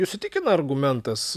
jus įtikina argumentas